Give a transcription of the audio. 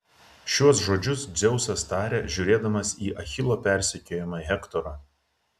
šiuos žodžius dzeusas taria žiūrėdamas į achilo persekiojamą hektorą